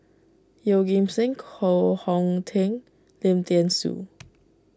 Yeoh Ghim Seng Koh Hong Teng Lim thean Soo